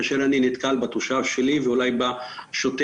כאשר אני נתקל בתושב שלי ואולי בשוטר,